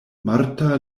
marta